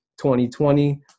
2020